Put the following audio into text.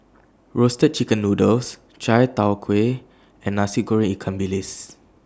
Roasted Chicken Noodles Chai Tow Kway and Nasi Goreng Ikan Bilis